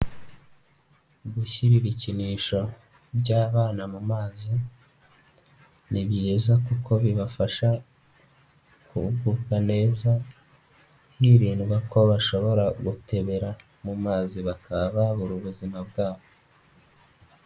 Gushyira ibikinisho by'abana mu mazi ni byiza kuko bibafasha kugubwa neza, hirindwa ko bashobora gutebera mu mazi bakaba babura ubuzima bwabo.